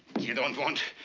you don't want.